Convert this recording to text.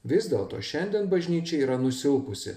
vis dėlto šiandien bažnyčia yra nusilpusi